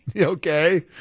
Okay